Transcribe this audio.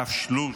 הרב שלוש,